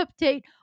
update